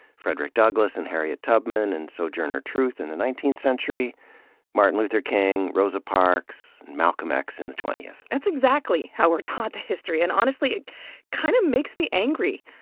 frederick douglass and harriet tubman and sojourner truth in the nineteenth century martin luther king, rosa parks, and malcolm x in the twentieth. that's exactly how we're taught the history, and honestly it kinda kind of makes me angry.